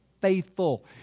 Faithful